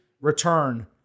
return